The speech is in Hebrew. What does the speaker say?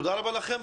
תודה רבה לכם.